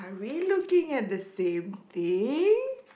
we looking at the same thing